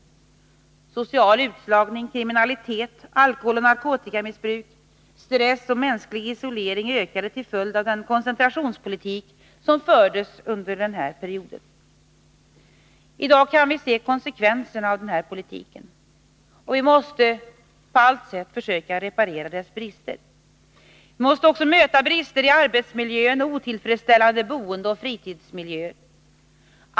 Social utslagning, kriminalitet, alkoholoch narkotikamissbruk, stress och mänsklig isolering ökade till följd av den koncentrationspolitik som fördes under denna period. I dag ser vi konsekvenserna av denna politik, och vi måste på allt sätt försöka reparera dess brister. Vi måste också möta brister i arbetsmiljön och otillfredsställande boendeoch fritidsmiljö.